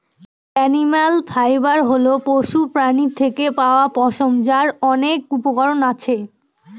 animal fibre হল পশুপ্রাণীর থেকে পাওয়া পশম, যার অনেক উপকরণ আছে